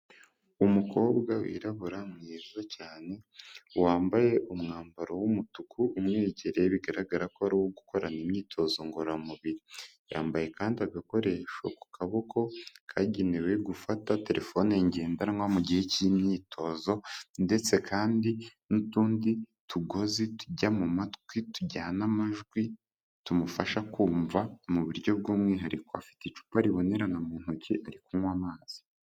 Umukobwa wirabura mwiza cyane. wambaye umwambaro w'umutuku umwegereye bigaragara ko ari uwo uguko imyitozo ngororamubiri yambaye kandi agakoresho ku kaboko kagenewe gufata telefone ngendanwa mu gihe cy'imyitozo, ndetse kandi n'utundi tugozi tujya mu matwi tujyana amajwi, tumufasha kumva mu buryo bw'umwihariko, afite icupa ribonerana mu ntoki. ari kunywa amazi.